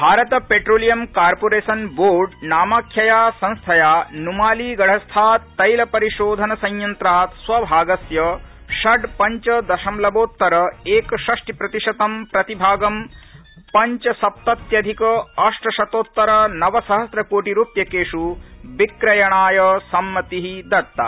Bharata petroleum corporation board नामाख्यया संस्थया नुमालीगढस्थात् तैलपरिशोधनसंयंत्रात् स्वभागस्य षड् पंच दशमलवोत्तर एकषष्टि प्रतिशतं प्रतिभागं पंचसप्तत्यधिक ष्टशतोत्तर नव सहस्रकोटि रूप्यकेष् विक्रयणाय सम्मति दत्ता